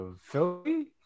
Philly